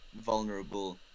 vulnerable